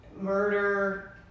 murder